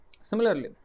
similarly